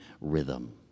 rhythm